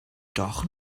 doch